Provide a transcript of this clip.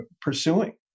pursuing